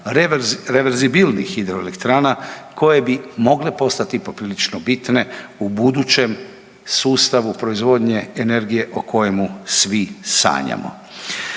reverzibilnih hidroelektrana koje bi mogle postati poprilično bitne u budućem sustavu proizvodnje energije o kojemu svi sanjamo?